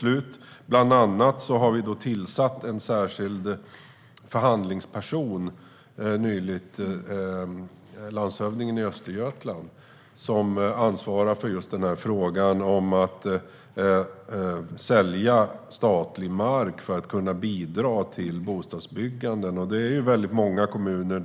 Vi har bland annat nyligen tillsatt en särskild förhandlingsperson - landshövdingen i Östergötland - som ansvarar för frågan om att sälja statlig mark för att kunna bidra till bostadsbyggande. Staten äger ju mark i många kommuner.